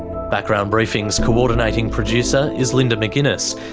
background briefing's coordinating producer is linda mcginness,